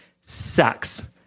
sucks